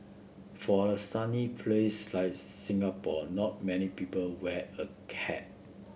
for a sunny place like Singapore not many people wear a hat